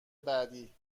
بعدی